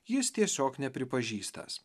jis tiesiog nepripažįstąs